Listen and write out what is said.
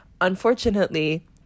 unfortunately